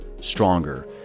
Stronger